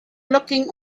looking